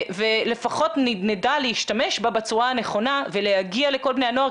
ולפחות נדע להשתמש בה בצורה הנכונה ולהגיע לכל בני הנוער,